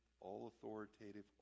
all-authoritative